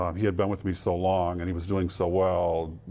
um he had been with me so long, and he was doing so well,